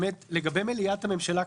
לגבי מליאת הממשלה,